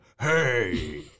hey